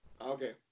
Okay